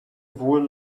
wohl